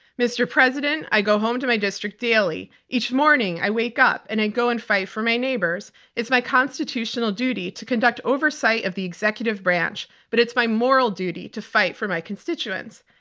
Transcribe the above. mr. president, i go home to my district daily. each morning morning i wake up and i go and fight for my neighbors. it's my constitutional duty to conduct oversight of the executive branch, but it's my moral duty to fight for my constituents.